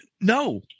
No